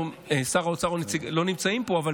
שר האוצר או נציגו לא נמצאים פה אבל